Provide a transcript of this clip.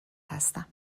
هستم